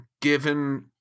given